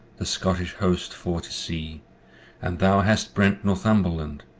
the scottish host for to see and thou hast brente northumberland,